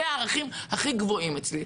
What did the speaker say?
אלה הערכים הכי גבוהים אצלי.